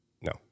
No